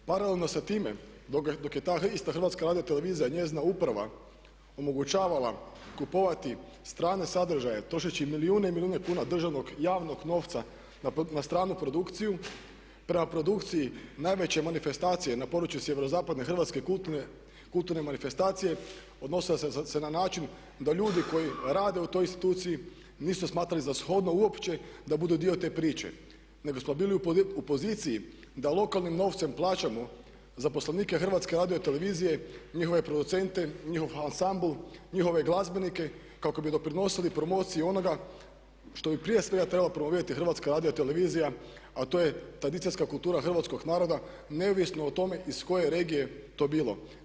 Paralelno sa time dok je ta ista Hrvatska radiotelevizija, njezina uprava omogućavala kupovati strane sadržaje trošeći milijune i milijune kuna državnog javnog novca na stranu produkciju prema produkciji najveće manifestacije na području sjeverozapadne hrvatske kulturne manifestacije odnosila se na način da ljudi koji rade u toj instituciji nisu smatrali za shodno uopće da budu dio te priče, nego smo bili u poziciji da lokalnim novcem plaćamo zaposlenike Hrvatske radiotelevizije, njihove producente, njihov ansambl, njihove glazbenike kako bi doprinosili promociji onoga što bi prije svega trebalo promovirati Hrvatska radiotelevizija, a to je tradicijska kultura hrvatskog naroda neovisno o tome iz koje regije to bilo.